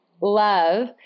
love